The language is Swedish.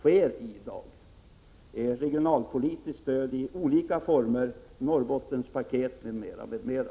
Det ges regionalpolitiskt stöd i olika former, Norrbottenspaket m.m.